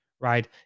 right